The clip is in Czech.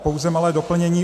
Pouze malé doplnění.